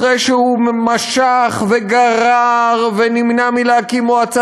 אחרי שהוא משך וגרר ונמנע מלהקים מועצה